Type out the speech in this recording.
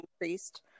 increased